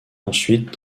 ensuite